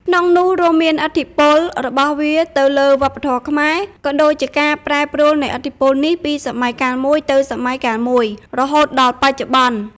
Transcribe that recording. ក្នុងនោះ រួមមានឥទ្ធិពលរបស់វាទៅលើវប្បធម៌ខ្មែរ ក៏ដូចជាការប្រែប្រួលនៃឥទ្ធិពលនេះពីសម័យកាលមួយទៅសម័យកាលមួយ រហូតដល់បច្ចុប្បន្ន។